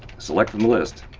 select from the list.